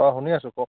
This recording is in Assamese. অ শুনি আছোঁ কওক